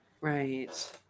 Right